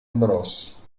bros